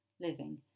living